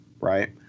right